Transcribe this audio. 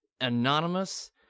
anonymous